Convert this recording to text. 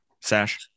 Sash